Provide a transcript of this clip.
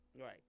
Right